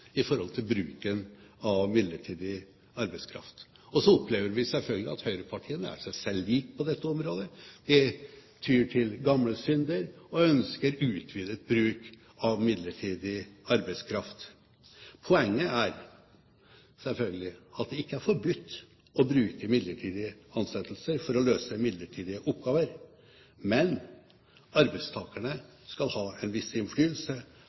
i forhold til bruken av midlertidig arbeidskraft. Så opplever vi selvfølgelig at høyrepartiene er seg selv lik på dette området – de tyr til gamle synder og ønsker utvidet bruk av midlertidig arbeidskraft. Poenget er, selvfølgelig, at det ikke er forbudt å bruke midlertidige ansettelser for å løse midlertidige oppgaver, men at arbeidstakerne skal ha en viss